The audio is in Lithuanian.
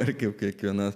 reikia kiekvienu